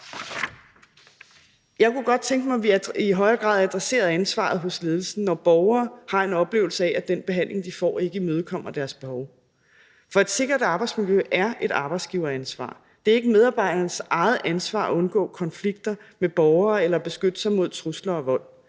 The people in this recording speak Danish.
Jeg kunne godt tænke mig, at vi i højere grad adresserede ansvaret hos ledelsen, når borgere har en oplevelse af, at den behandling, de får, ikke imødekommer deres behov. For et sikkert arbejdsmiljø er et arbejdsgiveransvar. Det er ikke medarbejdernes eget ansvar at undgå konflikter med borgere eller beskytte sig mod trusler og vold.